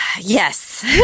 Yes